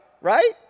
Right